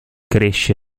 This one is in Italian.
cresce